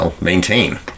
maintain